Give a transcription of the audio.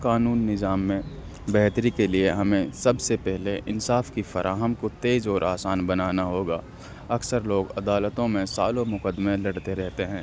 قانون نظام میں بہتری کے لیے ہمیں سب سے پہلے انصاف کی فراہم کو تیز اور آسان بنانا ہوگا اکثر لوگ عدالتوں میں سالوں مقدمے لڑتے رہتے ہیں